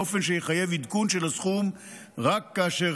באופן שיחייב עדכון של הסכום רק כאשר